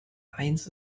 eins